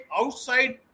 outside